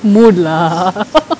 mood lah